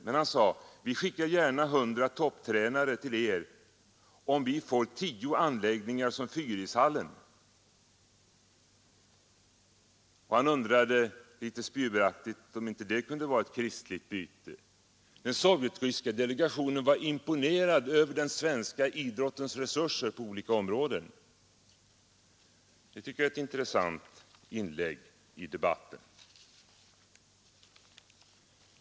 Men han sade: ”Vi skickar gärna hundra topptränare till er, om vi får tio anläggningar som Fyrishallen.” Han undrade litet spjuveraktigt om inte det kunde vara ett kristligt byte. Den sovjetryska delegationen var imponerad över den svenska idrottens resurser på olika områden. Det tycker jag är ett intressant inlägg i debatten.